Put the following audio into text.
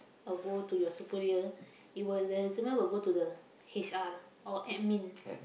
or go to your superior it will your resume will go to the H_R or admin